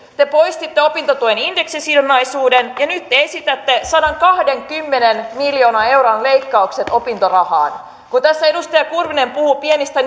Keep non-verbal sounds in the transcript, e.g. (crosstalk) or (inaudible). te poistitte opintotuen indeksisidonnaisuuden ja nyt te esitätte sadankahdenkymmenen miljoonan euron leikkaukset opintorahaan kun tässä edustaja kurvinen puhuu pienistä (unintelligible)